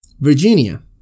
Virginia